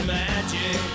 magic